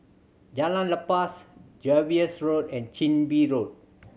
Jalan Lepas Jervois Road and Chin Bee Road